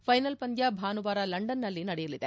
ಥೈನಲ್ ಪಂದ್ಯ ಭಾನುವಾರ ಲಂಡನ್ನಲ್ಲಿ ನಡೆಯಲಿದೆ